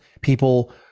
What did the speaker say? people